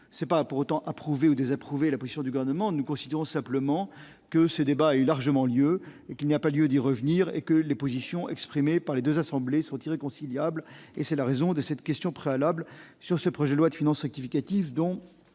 c'est pas pour autant en approuver ou désapprouver la position du garnement nous considérons simplement que ce débat est largement lieu et qu'il n'y a pas lieu d'y revenir et que les positions exprimées par les 2 assemblées sont irréconciliables et c'est la raison de cette question préalable sur ce projet de loi de finances rectificative, donc